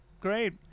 Great